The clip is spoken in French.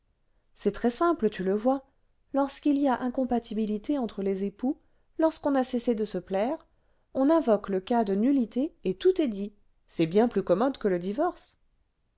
c'est très simple tu le vois lorsqu'il y a incompatibilité entre les époux lorsqu'on a cessé de se plaire on invoque le cas de nullité et tout est dit c'est bien plus commode que le divorce